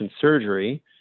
surgery